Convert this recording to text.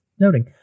noting